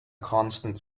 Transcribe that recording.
constant